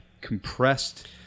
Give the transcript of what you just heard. compressed